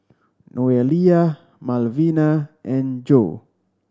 Noelia Malvina and Jo